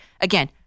again